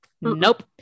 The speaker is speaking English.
Nope